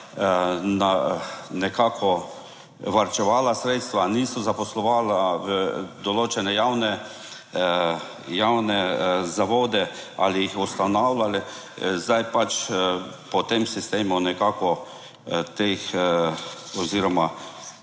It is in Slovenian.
nekako varčevala sredstva, niso zaposlovala v določene javne, javne zavode ali jih ustanavljali, zdaj po tem sistemu nekako teh oziroma